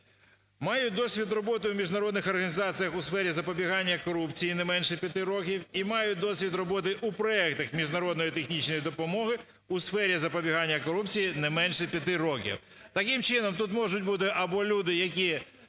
мають досвід роботи у міжнародних організаціях у сфері запобігання корупції не менше 5 років; і мають досвід роботи у проектах міжнародної технічної допомоги у сфері запобігання корупції не менше 5 років." Таким чином, тут можуть бути або люди, які